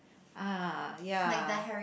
ah ya